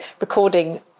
recording